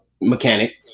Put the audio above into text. mechanic